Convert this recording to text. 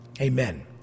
Amen